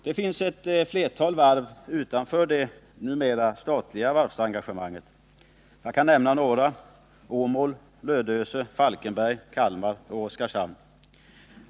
Det finns ett flertal varv utanför det statliga varvsengagemanget. Jag kan nämna några: Åmål, Lödöse, Falkenberg, Kalmar och Oskarshamn.